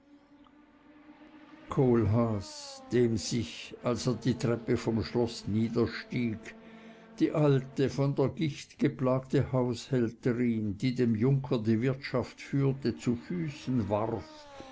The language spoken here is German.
kohlhaas dem sich als er die treppe vom schloß niederstieg die alte von der gicht geplagte haushälterin die dem junker die wirtschaft führte zu füßen warf